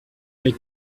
mais